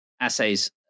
assays